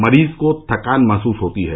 मरीज को थकान महसूस होती है